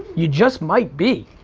you just might be.